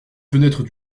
fenêtres